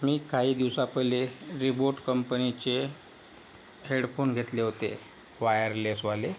मी काही दिवसापहिले रिबोट कंपनीचे हेडफोन घेतले होते वायरलेसवाले